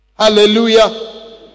Hallelujah